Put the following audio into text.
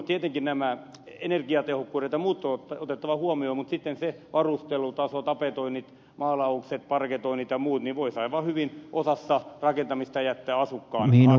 tietenkin nämä energiatehokkuudet ja muut on otettava huomioon mutta sitten se varustelutaso tapetoinnit maalaukset parketoinnit ja muut voisi aivan hyvin osassa rakentamista jättää asukkaan harteille